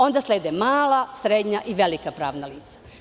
Onda slede mala, srednja i velika pravna lica.